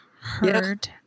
heard